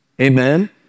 Amen